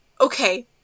Okay